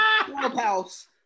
Clubhouse